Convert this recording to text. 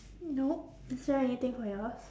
nope is there anything for yours